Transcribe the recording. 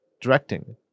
directing